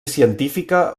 científica